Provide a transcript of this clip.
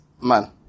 man